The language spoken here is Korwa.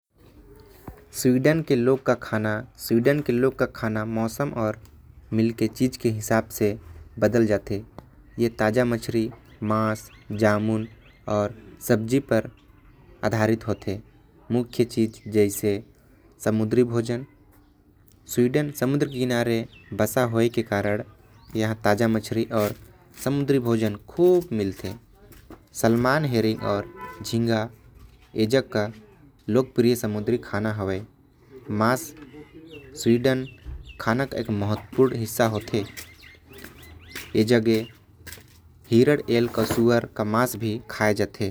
स्वीडन म लोग मन के खाना मौसम के हिसाब से बदल जाथे। एमन के सब्जी ताजा मछली मांस। जामुन अउ सब्जी पर आधारित होथे। समुद्री भोजन यहा खूब मिलथे जेकर म सैल्मन अउ झींगा यहा के लोकप्रिय होथे।